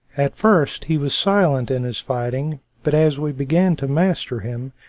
at first he was silent in his fighting but as we began to master him,